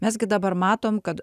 mes gi dabar matom kad